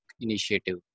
initiative